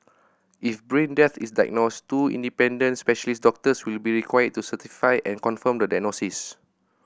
if brain death is diagnosed two independent specialist doctors will be required to certify and confirm the diagnosis